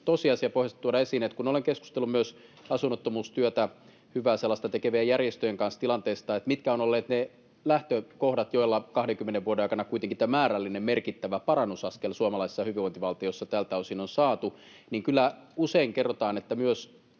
tosiasiapohjaisesti tuoda esiin, on se, että kun olen keskustellut myös asunnottomuustyötä, hyvää sellaista, tekevien järjestöjen kanssa tilanteesta, mitkä ovat olleet ne lähtökohdat, joilla 20 vuoden aikana kuitenkin tämä määrällinen merkittävä parannusaskel suomalaisessa hyvinvointivaltiossa tältä osin on saatu, niin kyllä usein kerrotaan, että myös